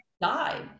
died